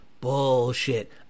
bullshit